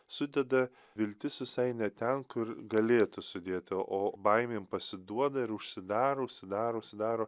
sudeda viltis visai ne ten kur galėtų sudėti o baimėm pasiduoda ir užsidaro užsidaro užsidaro